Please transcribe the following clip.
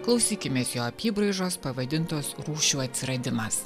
klausykimės jo apybraižos pavadintos rūšių atsiradimas